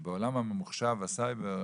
בעולם הממוחשב, הסייבר.